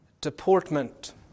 deportment